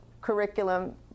curriculum